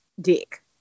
dick